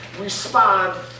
respond